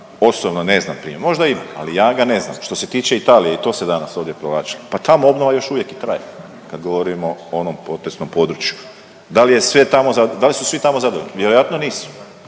osobno ne znam …, možda ima, ali ja ga ne znam. Što se tiče Italije, i to se danas ovdje provlači, pa tamo obnova još uvijek i traje kad govorimo o onom potresnom području. Da li je sve tamo za…, da li su